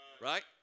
Right